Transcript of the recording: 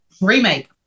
Remake